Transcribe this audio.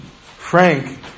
Frank